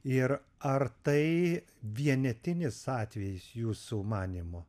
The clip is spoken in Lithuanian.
ir ar tai vienetinis atvejis jūsų manymu